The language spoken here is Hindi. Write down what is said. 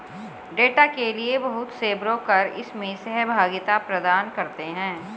डेटा के लिये बहुत से ब्रोकर इसमें सहभागिता प्रदान करते हैं